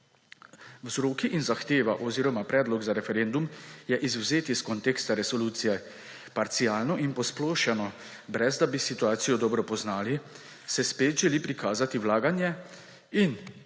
Vzroki in zahteva oziroma predlog za referendum je izvzet iz konteksta resolucije parcialno in posplošeno. Brez da bi situacijo dobro poznali, se spet želi prikazati vlaganje v